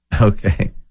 Okay